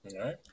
right